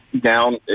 down